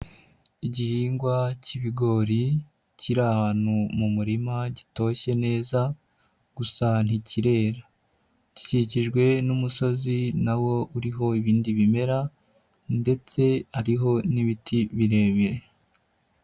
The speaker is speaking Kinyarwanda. Igihingwa k'ibigori kiri ahantu mu murima gitoshye neza gusa ntikirera, gikikijwe n'umusozi na wo uriho ibindi bimera ndetse hariho n'ibiti birebire.